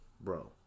Bro